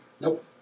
Nope